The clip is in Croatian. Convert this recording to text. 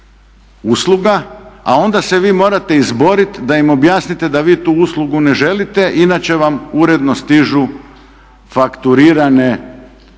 usluga, a onda se vi morate izborit da im objasnite da vi tu uslugu ne želite inače vam uredno stižu fakturirane